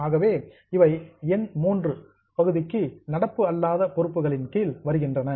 ஆகவே இவைகள் எண் 3 மூன்றாவது பகுதிக்கு நடப்பு அல்லாத பொறுப்புகளின் கீழ் வருகின்றன